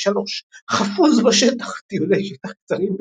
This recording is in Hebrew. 2003 חפוז בשטח - טיולי שטח קצרים בכיף,